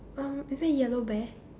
um maybe yellow bear